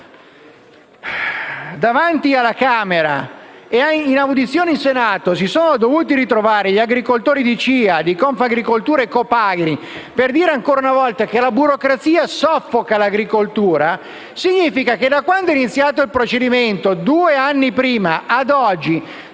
davanti alla Camera e in audizione in Senato si sono dovuti ritrovare gli agricoltori di CIA, Confagricoltura e Copagri per dire, ancora una volta, che la burocrazia soffoca l'agricoltura, significa che, da quand'è iniziato il procedimento (due anni fa),